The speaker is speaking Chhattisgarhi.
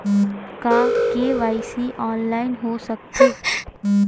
का के.वाई.सी ऑनलाइन हो सकथे?